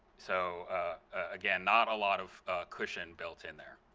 so again, not a lot of cushion built in there.